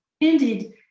Indeed